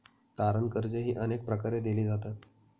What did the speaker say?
तारण कर्जेही अनेक प्रकारे दिली जातात